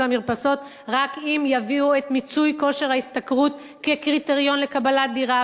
המרפסות רק אם יביאו את מיצוי כושר ההשתכרות כקריטריון לקבלת דירה,